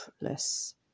less